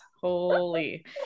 Holy